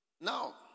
now